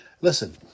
listen